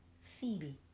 Phoebe